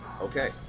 Okay